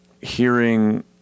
hearing